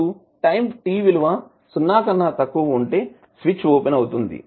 ఇప్పుడు time t విలువ సున్నా కన్నా తక్కువ ఉంటే స్విచ్ ఓపెన్ అవుతుంది